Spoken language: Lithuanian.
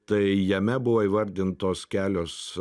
tai jame buvo įvardintos kelios